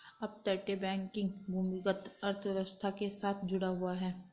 अपतटीय बैंकिंग भूमिगत अर्थव्यवस्था के साथ जुड़ा हुआ है